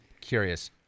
curious